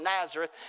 Nazareth